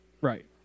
Right